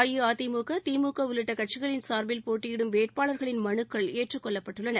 அஇஅதிமுக திமுக உள்ளிட்ட கட்சிகளின் சார்பில் போட்டியிடும் வேட்பாளர்களின் மனுக்கள் ஏற்றுக் கொள்ளப்பட்டுள்ளன